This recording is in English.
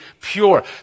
pure